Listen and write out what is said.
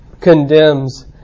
condemns